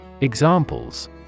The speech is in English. Examples